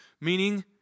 meaning